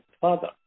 father